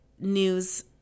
news